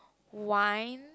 whine